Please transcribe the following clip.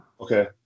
Okay